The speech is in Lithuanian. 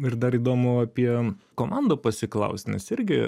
ir dar įdomu apie komandą pasiklaust nes irgi